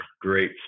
great